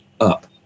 up